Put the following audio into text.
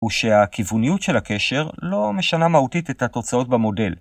‫הוא שהכיווניות של הקשר ‫לא משנה מהותית את התוצאות במודל.